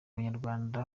banyarwanda